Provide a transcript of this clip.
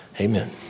Amen